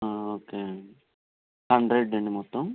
okay అండి hundred అండి మొత్తం